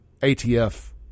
ATF